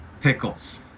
pickles